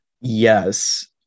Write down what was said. Yes